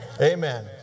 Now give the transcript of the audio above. Amen